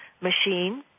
machine